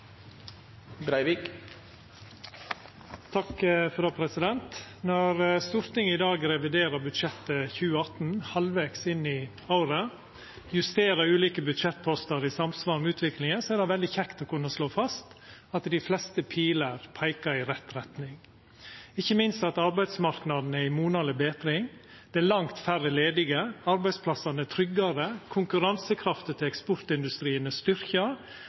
det veldig kjekt å kunna slå fast at dei fleste pilane peikar i rett retning – ikkje minst at arbeidsmarknaden er i monaleg betring, det er langt færre ledige, arbeidsplassane er tryggare, konkurransekrafta til eksportindustrien er styrkt,